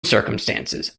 circumstances